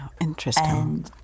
Interesting